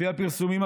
לפי הפרסומים,